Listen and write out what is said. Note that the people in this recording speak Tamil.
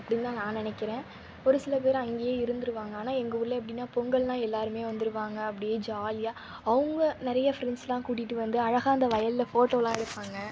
அப்படினு தான் நான் நெனைக்கிறேன் ஒரு சில பேர் அங்கேயே இருந்துடுவாங்க ஆனால் எங்கள் ஊரில் எப்ப்டின்னா பொங்கல்னால் எல்லோருமே வந்துடுவாங்க அப்படியே ஜாலியாக அவங்க நிறைய ஃப்ரெண்ட்ஸெலாம் கூட்டிகிட்டு வந்து அழகாக அந்த வயலில் ஃபோட்டோலாம் எடுப்பாங்க